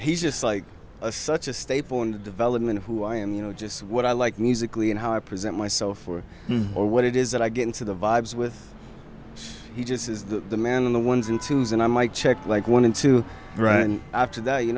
he's just like such a staple in the development of who i am you know just what i like musically and how i present myself for what it is that i get into the vibes with he just is the man in the ones and twos and i might check like one into the right after that you